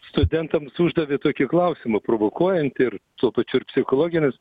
studentams uždavė tokį klausimą provokuojantį ir tuo pačiu ir psichologinis